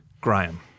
Graham